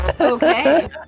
Okay